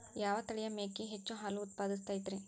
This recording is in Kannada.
ಯಾವ ತಳಿಯ ಮೇಕೆ ಹೆಚ್ಚು ಹಾಲು ಉತ್ಪಾದಿಸತೈತ್ರಿ?